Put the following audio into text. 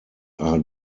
are